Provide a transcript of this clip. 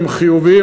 הם חיוביים,